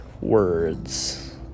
words